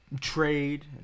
trade